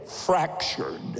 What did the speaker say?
fractured